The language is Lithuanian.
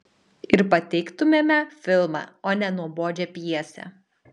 ir pateiktumėme filmą o ne nuobodžią pjesę